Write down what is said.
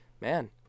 man